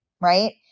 right